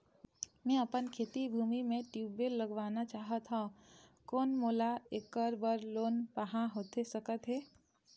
मैं अपन खेती भूमि म ट्यूबवेल लगवाना चाहत हाव, कोन मोला ऐकर बर लोन पाहां होथे सकत हे?